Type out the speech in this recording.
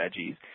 veggies